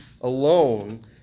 alone